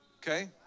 okay